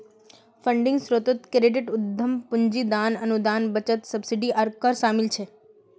funding स्रोतोत credit, उद्दाम पूंजी, दान, अनुदान, बचत, सब्सिडी आर कर शामिल छे